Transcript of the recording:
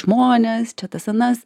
žmonės čia tas anas